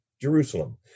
Jerusalem